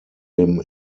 him